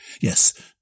Yes